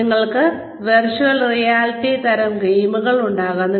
നിങ്ങൾക്ക് virtual reality തരം ഗെയിമുകൾ ഉണ്ടായിരിക്കാം